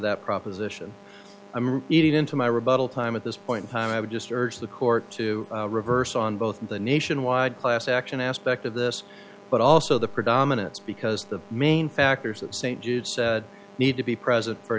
that proposition i'm eating into my rebuttal time at this point in time i would just urge the court to reverse on both the nationwide class action aspect of this but also the predominance because the main factors at st jude's need to be present for